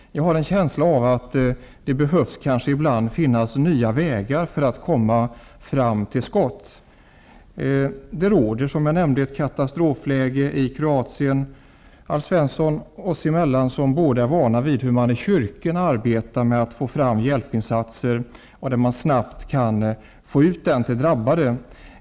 Jag har en känsla av att det kanske ibland behövs nya vägar för att komma till skott. Det råder, som jag nämnt, ett katastrofläge i Kroatien. Alf Svensson! Vi är båda vana vid hur man i kyrkorna arbetar med att snabbt få fram hjälpinsat ser till drabbade människor.